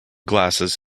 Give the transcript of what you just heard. glasses